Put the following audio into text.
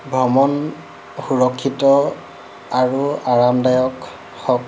ভ্ৰমণ সুৰক্ষিত আৰু আৰামদায়ক হওক